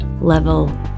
level